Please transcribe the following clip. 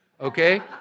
Okay